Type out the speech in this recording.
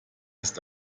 ist